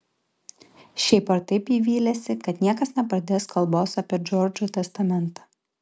šiaip ar taip ji vylėsi kad niekas nepradės kalbos apie džordžo testamentą